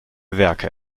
werke